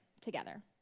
together